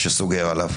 שסוגר עליו.